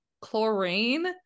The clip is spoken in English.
chlorine